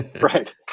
Right